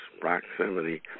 proximity